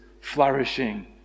flourishing